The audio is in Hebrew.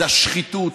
זה השחיתות,